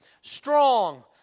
strong